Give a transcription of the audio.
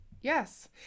yes